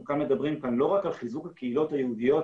אנחנו מדברים לא רק על חיזוק הקהילות היהודיות